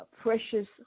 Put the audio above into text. precious